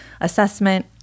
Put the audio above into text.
assessment